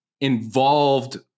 involved